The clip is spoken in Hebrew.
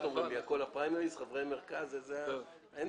אנחנו